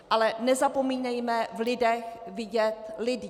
Ale nezapomínejme v lidech vidět lidi.